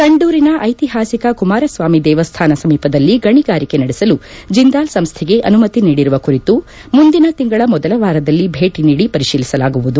ಸಂಡೂರಿನ ಐತಿಹಾಸಿಕ ಕುಮಾರಸ್ವಾಮಿ ದೇವಸ್ಥಾನ ಸಮೀಪದಲ್ಲಿ ಗಣಿಗಾರಿಕೆ ನಡೆಸಲು ಜೆಂದಾಲ್ ಸಂಸ್ಥೆಗೆ ಅನುಮತಿ ನೀಡಿರುವ ಕುರಿತು ಮುಂದಿನ ತಿಂಗಳ ಮೊದಲ ವಾರದಲ್ಲಿ ಭೇಟಿ ನೀಡಿ ಪರಿತೀಲಿಸಲಾಗುವುದು